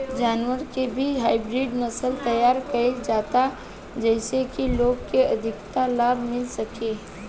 जानवर के भी हाईब्रिड नसल तैयार कईल जाता जेइसे की लोग के अधिका लाभ मिल सके